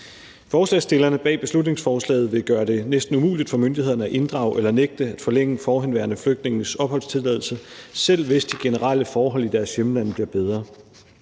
Forslagsstillerne bag beslutningsforslaget vil gøre det næsten umuligt for myndighederne at inddrage eller nægte at forlænge forhenværende flygtninges opholdstilladelse, selv hvis de generelle forhold i deres hjemlande bliver bedre.